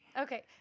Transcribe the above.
Okay